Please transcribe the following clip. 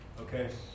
Okay